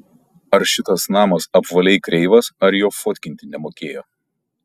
ar šitas namas apvaliai kreivas ar jo fotkinti nemokėjo